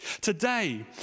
Today